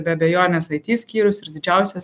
be abejonės it skyrius ir didžiausias